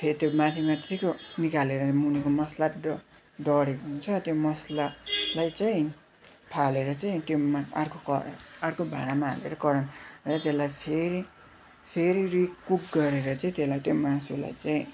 फेरि त्यो माथि माथिको निकालेर मुनिको मसलातिर डढेको हुन्छ त्यो मसलालाई चाहिँ फालेर चाहिँ त्यो मासु अर्को कराही अर्को भाँडामा हालेर त्यसलाई फेरि फेरि रि कुक गरेर चाहिँ त्यसलाई त्यो मासुलाई चाहिँ